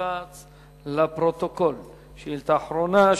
פנים ביום ט"ו בכסלו התש"ע (2 בדצמבר 2009):